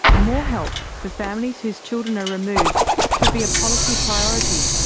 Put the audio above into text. more help for families whose children are removed should be a policy priority,